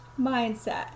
mindset